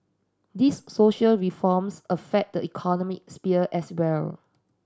these social reforms affect the economic sphere as well